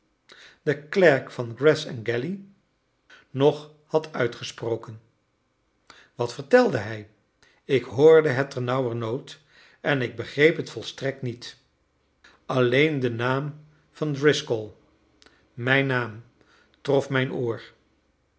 de klerk van greth and galley nog had uitgesproken wat vertelde hij ik hoorde het ternauwernood en ik begreep het volstrekt niet alleen de naam van driscoll mijn naam trof mijn oor